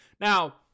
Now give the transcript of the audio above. Now